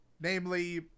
Namely